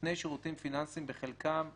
נותני שירותים פיננסיים, בחלקם,